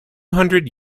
hundred